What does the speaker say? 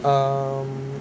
um